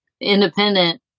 Independent